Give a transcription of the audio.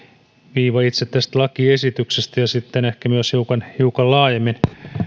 viiva itse tästä lakiesityksestä ja sitten ehkä myös hiukan hiukan laajemmin